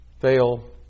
fail